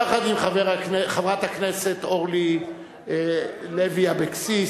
יחד עם חברת הכנסת אורלי לוי אבקסיס,